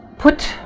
Put